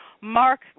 Mark